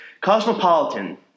Cosmopolitan